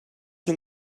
que